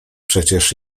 przecież